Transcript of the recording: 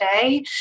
today